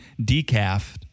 decaf